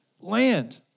land